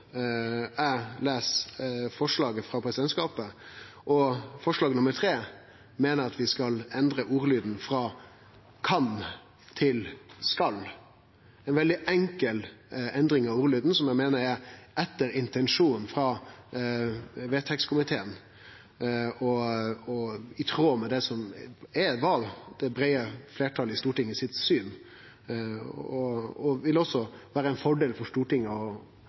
eg les forslaget frå presidentskapet, og i forslag nr. 3 meiner eg vi skal endre ordlyden frå «kan» til «skal». Det er ei veldig enkel endring av ordlyden, og eg meiner ho er i tråd med intensjonen til komiteen og synet til det breie fleirtalet i Stortinget. Det vil vere ein fordel for Stortinget å